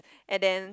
and then